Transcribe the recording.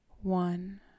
one